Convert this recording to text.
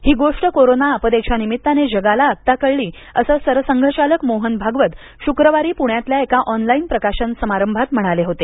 ही गोष्ट कोरोना आपदेच्या निमित्ताने जगाला आत्ता कळली असं सरसंघचालक मोहन भागवत शुक्रवारी पुण्यातल्या एका ऑनलाईन प्रकाशन समारंभात म्हणाले होते